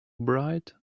bright